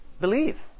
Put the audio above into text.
believe